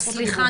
אז סליחה,